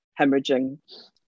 hemorrhaging